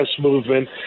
movement